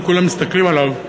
וכולם מסתכלים עליו,